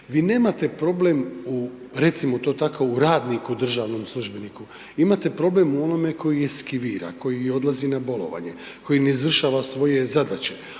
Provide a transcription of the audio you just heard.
to tako, u radniku državnom službeniku, imate problem u onome tko eskivira, koji odlazi na bolovanje, koji ne izvršava svoje zadaće.